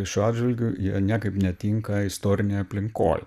šiuo atžvilgiu jie niekaip netinka istorinėj aplinkoj